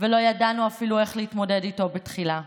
ולא ידענו אפילו איך להתמודד איתו בתחילה.